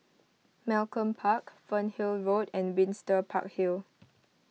Malcolm Park Fernhill Road and Windsor Park Hill